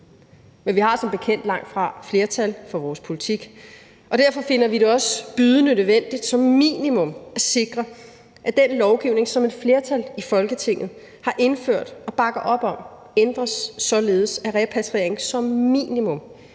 Men vi har som bekendt langtfra flertal for vores politik, og derfor finder vi det også bydende nødvendigt som minimum at sikre, at den lovgivning, som et flertal i Folketinget har indført og bakker op om, ændres, således at repatriering som minimum